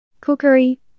Cookery